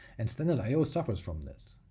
and standard i o suffers from this.